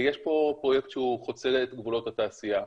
יש פה פרויקט שהוא חוצה את גבולות התעשייה.